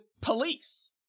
police